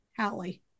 Hallie